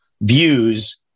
views